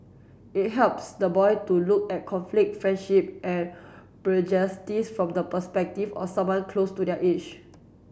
it helps the boy to look at conflict friendship and from the perspective or someone close to their age